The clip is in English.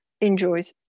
enjoys